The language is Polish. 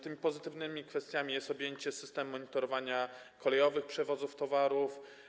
Tą pozytywną kwestią jest objęcie systemem monitorowania kolejowych przewozów towarów.